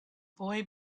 boy